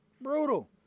Brutal